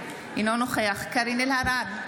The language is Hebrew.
אינו נוכח קארין אלהרר,